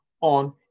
on